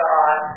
God